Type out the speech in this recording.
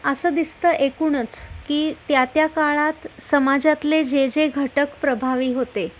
असं दिसतं एकूणच की त्या त्या काळात समाजातले जे जे घटक प्रभावी होते